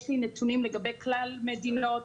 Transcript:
יש לי נתונים לגבי כלל מדינות.